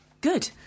Good